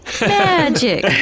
Magic